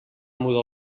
muda